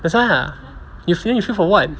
that's why lah then you fail for what